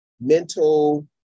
mental